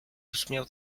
brzmiał